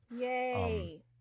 Yay